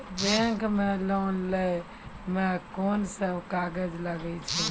Bank मे loan लै मे कोन सब कागज लागै छै?